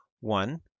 One